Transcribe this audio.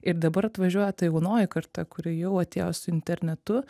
ir dabar atvažiuoja ta jaunoji karta kuri jau atėjo su internetu